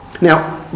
Now